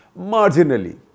marginally